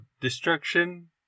destruction